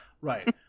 Right